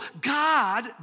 God